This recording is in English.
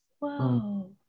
Wow